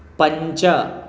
पञ्च